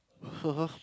!huh!